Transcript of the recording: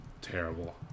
terrible